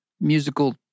musical